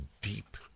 deep